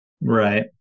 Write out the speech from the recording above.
Right